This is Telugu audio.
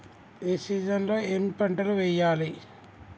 ఏ సీజన్ లో ఏం పంటలు వెయ్యాలి?